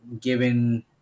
given